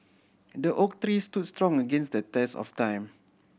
the oak tree stood strong against the test of time